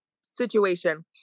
situation